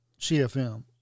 CFM